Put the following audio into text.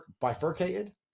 bifurcated